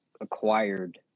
acquired